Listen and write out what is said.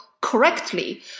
correctly